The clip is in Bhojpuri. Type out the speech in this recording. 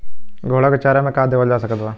घोड़ा के चारा मे का देवल जा सकत बा?